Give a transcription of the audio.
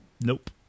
Nope